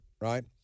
right